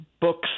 books